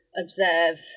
observe